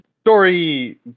story